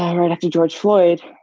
um right after george floyd,